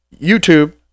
youtube